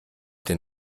den